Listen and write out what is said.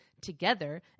together